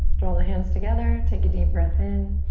draw the hands together. take a deep breath in.